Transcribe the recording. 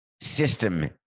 system